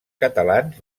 catalans